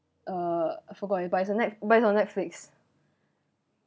uh I forgot but it's on net~ but it's on Netflix